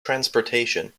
transportation